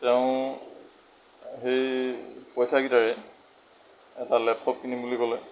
তেওঁ সেই পইচাকেইটাৰে এটা লেপটপ কিনিম বুলি ক'লে